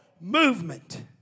movement